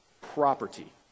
property